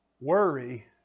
Worry